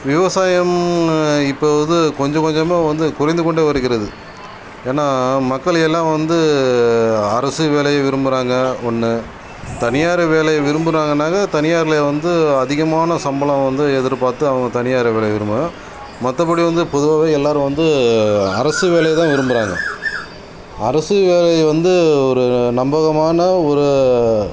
விவசாயமென்னு இப்போது இது கொஞ்சம் கொஞ்சமாக வந்து குறைந்து கொண்டே வருகிறது ஏன்னால் மக்கள் எல்லாம் வந்து அரசு வேலையே விரும்புகிறாங்க ஒன்று தனியார் வேலையை விரும்புகிறாங்கன்னாகா தனியாரில் வந்து அதிகமான சம்பளம் வந்து எதிர்பார்த்து அவங்க தனியார் வேலையை விரும்புகிறாங்க மற்றபடி வந்து பொதுவாகவே எல்லாேரும் வந்து அரசு வேலையை தான் விரும்புகிறாங்க அரசு வேலையை வந்து ஒரு நம்பகமான ஒரு